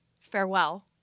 Farewell